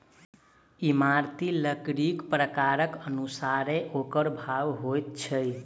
इमारती लकड़ीक प्रकारक अनुसारेँ ओकर भाव होइत छै